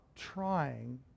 trying